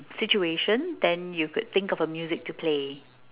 situation then you could think of a music to play